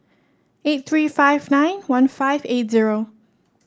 eight three five nine one five eight zero